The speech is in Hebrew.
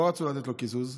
לא רצו לתת לו קיזוז.